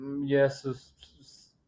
yes